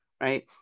right